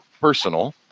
personal